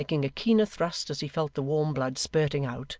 making a keener thrust as he felt the warm blood spirting out,